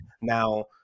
Now